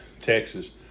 Texas